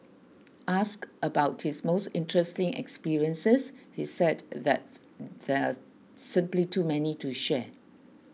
asked about his most interesting experiences he said that there are simply too many to share